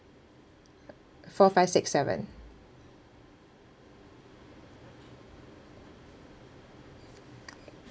four five six seven